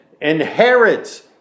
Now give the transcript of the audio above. inherits